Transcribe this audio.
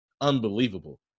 Unbelievable